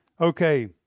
Okay